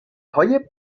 های